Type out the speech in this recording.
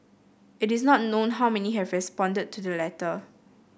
it is not known how many have responded to the letter